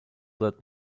that